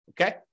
okay